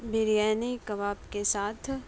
بریانی کباب کے ساتھ